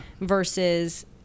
Versus